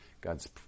God's